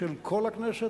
של כל הכנסת,